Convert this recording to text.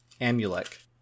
Amulek